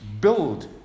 build